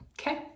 Okay